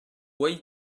way